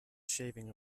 shaving